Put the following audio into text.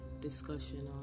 discussion